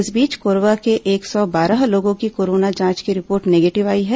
इस बीच कोरबा के एक सौ बारह लोगों की कोरोना जांच की रिपोर्ट निगेटिव आई है